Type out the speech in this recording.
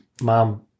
mom